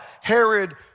Herod